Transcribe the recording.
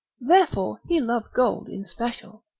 therefore he loved gold in special.